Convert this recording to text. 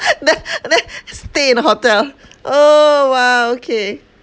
then then stay in hotel oh !wow! okay